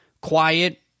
quiet